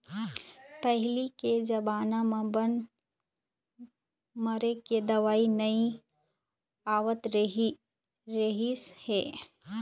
पहिली के जमाना म बन मारे के दवई नइ आवत रहिस हे